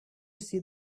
see